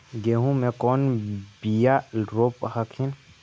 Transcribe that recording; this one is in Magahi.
गेहूं के कौन बियाह रोप हखिन?